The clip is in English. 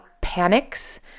panics